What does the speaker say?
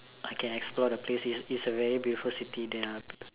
I can explore the place it's it's a very beautiful city there